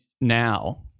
now